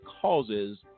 causes